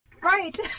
Right